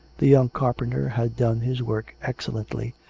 the young carpenter had done his work excellently,